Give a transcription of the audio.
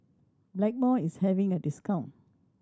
Blackmores is having a discount